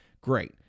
great